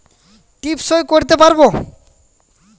টিপ সই করতে পারবো?